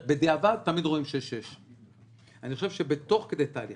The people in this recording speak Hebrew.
בדיעבד תמיד רואים 6:6. אני חושב שתוך כדי תהליך